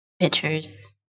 Pictures